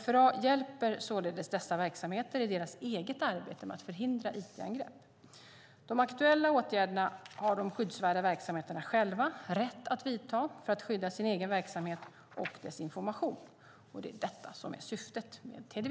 FRA hjälper således dessa verksamheter i deras eget arbete med att förhindra it-angrepp. De aktuella åtgärderna har de skyddsvärda verksamheterna själva rätt att vidta för att skydda sin egen verksamhet och dess information. Det är detta som är syftet med TDV.